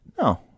No